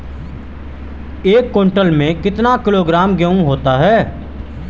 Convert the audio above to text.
एक क्विंटल में कितना किलोग्राम गेहूँ होता है?